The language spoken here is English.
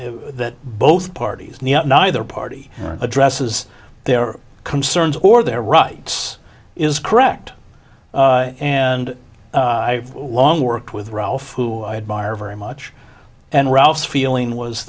that both parties neither party addresses their concerns or their rights is correct and i've long worked with ralph who i admire very much and ralph feeling was